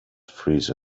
freeze